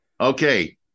Okay